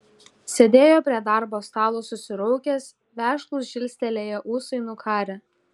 sėdėjo prie darbo stalo susiraukęs vešlūs žilstelėję ūsai nukarę